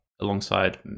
alongside